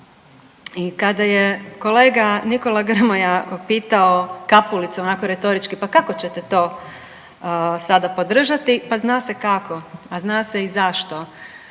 I kada je kolega Nikola Grmoja pitao Kapulicu onako retorički pa kako ćete to sada podržati, pa zna se kako, a zna se i zašto.